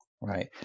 right